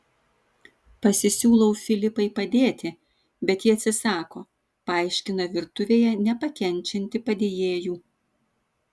pasisiūlau filipai padėti bet ji atsisako paaiškina virtuvėje nepakenčianti padėjėjų